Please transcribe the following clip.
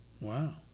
Wow